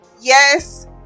yes